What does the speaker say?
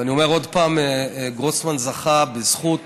ואני אומר עוד פעם: גרוסמן זכה בזכות